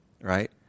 right